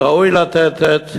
וראוי לתת את